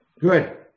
Good